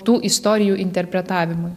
tų istorijų interpretavimui